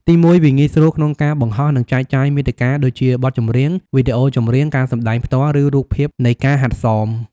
ទីមួយ វាងាយស្រួលក្នុងការបង្ហោះ និងចែកចាយមាតិកាដូចជាបទចម្រៀង វីដេអូចម្រៀង ការសម្ដែងផ្ទាល់ ឬរូបភាពនៃការហាត់សម។